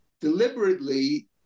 deliberately